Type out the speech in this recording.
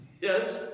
Yes